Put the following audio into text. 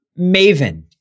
Maven